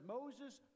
Moses